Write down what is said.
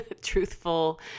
truthful